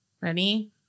ready